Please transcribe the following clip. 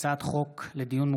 לדיון מוקדם,